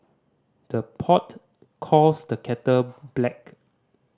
the pot calls the kettle black